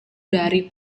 dari